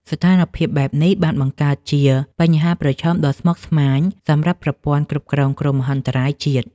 ស្ថានភាពបែបនេះបានបង្កើតជាបញ្ហាប្រឈមដ៏ស្មុគស្មាញសម្រាប់ប្រព័ន្ធគ្រប់គ្រងគ្រោះមហន្តរាយជាតិ។